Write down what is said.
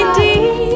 deep